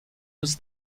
was